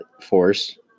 force